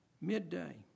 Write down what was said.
midday